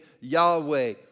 Yahweh